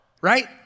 right